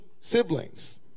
siblings